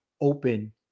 open